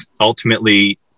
ultimately